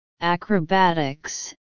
acrobatics